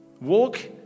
Walk